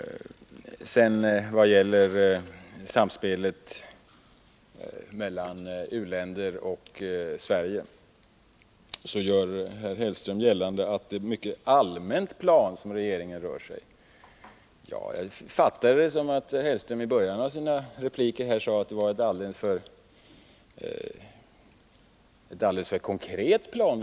Beträffande samspelet mellan u-länder och Sverige gör Mats Hellström gällande att regeringen rör sig på ett mycket allmänt plan. Jag fattade Mats Hellströms tidigare repliker så, att regeringen rör sig på ett alldeles för konkret plan.